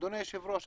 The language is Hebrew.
אדוני היושב ראש,